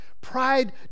pride